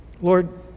Lord